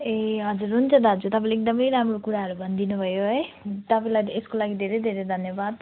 ए हजुर हुन्छ दाजु तपाईँले एकदमै राम्रो कुराहरू भनिदिनु भयो है तपाईँलाई यसको लागि धेरै धेरै धन्यवाद